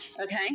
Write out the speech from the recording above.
Okay